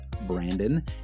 Brandon